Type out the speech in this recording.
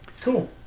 Cool